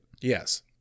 Yes